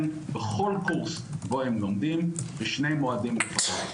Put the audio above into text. בכל קורס בו הם לומדים בשני מועדים לפחות.